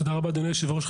תודה רבה, אדוני היושב-ראש.